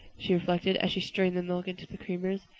she reflected, as she strained the milk into the creamers.